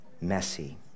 messy